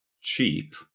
cheap